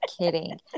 kidding